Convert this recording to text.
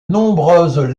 nombreuses